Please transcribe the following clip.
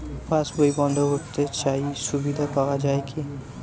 পাশ বই বন্দ করতে চাই সুবিধা পাওয়া যায় কি?